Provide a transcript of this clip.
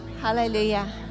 Hallelujah